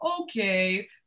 okay